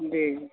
जी